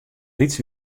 lyts